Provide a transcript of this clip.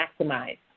maximize